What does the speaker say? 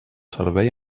servei